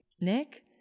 Nick